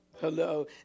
Hello